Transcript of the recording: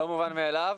לא מובן מאליו.